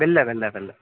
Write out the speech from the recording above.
வெள்ளை வெள்ளை வெள்ளை